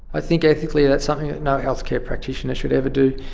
i think ethically that's something that no healthcare practitioner should ever do.